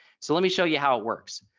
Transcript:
so let me show you how it works.